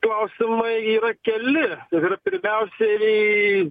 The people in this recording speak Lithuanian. klausimai yra keli ir yra pirmiausiai